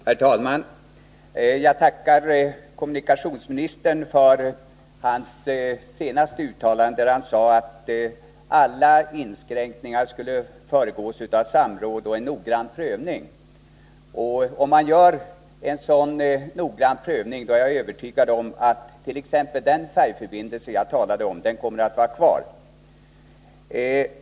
Herr talman! Jag tackar kommunikationsministern för hans senaste uttalande, där han sade att alla inskränkningar skulle föregås av samråd och av en noggrann prövning. Om man gör en sådan noggrann prövning är jag övertygad om attt.ex. den färjeförbindelse som jag talar om kommer att få vara kvar.